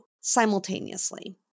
simultaneously